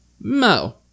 Mo